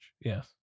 yes